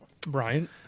Brian